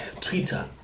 Twitter